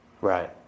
Right